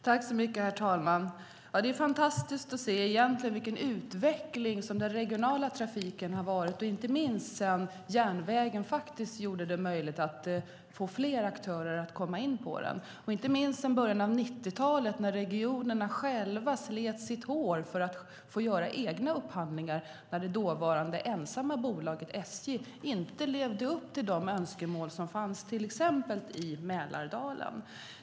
Herr talman! Det är fantastiskt att se vilken utveckling den regionala trafiken har haft, inte minst sedan det blev möjligt för fler aktörer att komma in på järnvägen. I början av 90-talet slet regionerna sitt hår för att få göra egna upphandlingar när det då ensamma bolaget SJ inte levde upp till de önskemål som fanns, till exempel i Mälardalen.